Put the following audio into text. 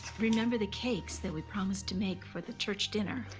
remember the cakes that we promised to make for the church dinner.